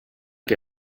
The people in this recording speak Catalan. que